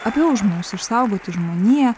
apie užmojus išsaugoti žmoniją